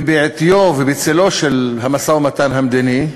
ובעטיו ובצלו של המשא-ומתן המדיני,